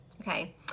okay